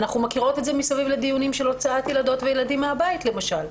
אנחנו מכירות את זה מסביב לדיונים של הוצאת ילדות וילדים מן הבית למשל,